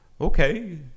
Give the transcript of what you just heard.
okay